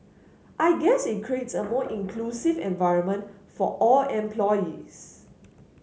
I guess it creates a more inclusive environment for all employees